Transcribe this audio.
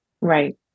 Right